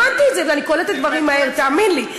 הבנתי את זה, ואני קולטת דברים מהר, תאמין לי.